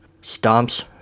stomps